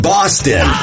Boston